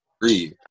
breathe